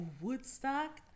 Woodstock